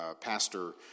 Pastor